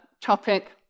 topic